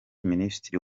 minisitiri